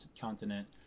continent